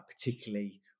particularly